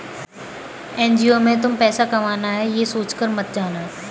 NGO में तुम पैसा कमाना है, ये सोचकर मत जाना